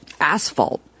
asphalt